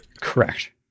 Correct